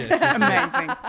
amazing